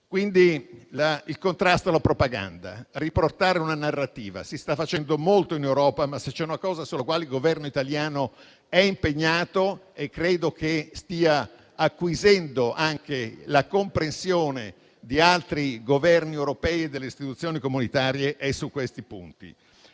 quindi contrastare la propaganda, riportare una narrativa. Si sta facendo molto in Europa. Ma, se c'è una cosa su cui il Governo italiano è impegnato e credo che stia acquisendo anche la comprensione di altri Governi europei e delle istituzioni comunitarie, è su questi punti.